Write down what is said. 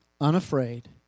unafraid